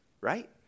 right